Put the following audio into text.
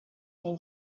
ней